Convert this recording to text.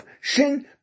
Shin